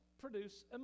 produce